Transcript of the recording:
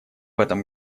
этом